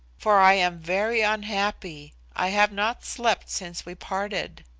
for i am very unhappy. i have not slept since we parted.